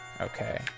Okay